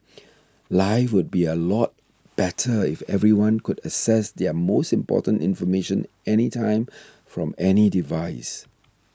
life would be a lot better if everyone could access their most important information anytime from any device